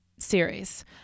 series